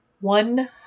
one